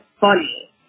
funny